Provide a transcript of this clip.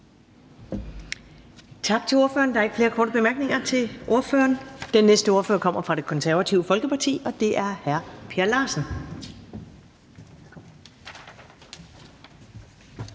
Tak til ordføreren. Der er ikke flere korte bemærkninger til ordføreren. Den næste ordfører kommer fra Det Konservative Folkeparti, og det er hr. Per Larsen.